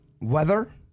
Weather